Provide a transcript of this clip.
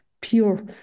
pure